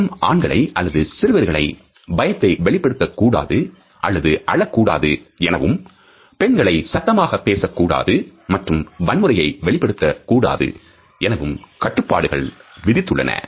இளம் ஆண்களை அல்லது சிறுவர்களை பயத்தை வெளிப்படுத்தக் கூடாது அல்லது அழக்கூடாது எனவும் பெண்களை சத்தமாக பேசக்கூடாது மற்றும் வன்முறையை வெளிப்படுத்தக் கூடாது என கட்டுப்பாடுகள் விதித்துள்ளன